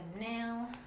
now